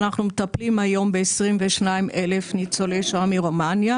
אנחנו מטפלים היום ב-22 אלף ניצולי שואה מרומניה,